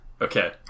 Okay